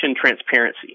transparency